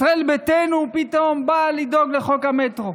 ישראל ביתנו פתאום באה לדאוג לחוק המטרו.